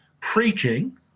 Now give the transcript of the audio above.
preaching